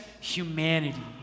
humanity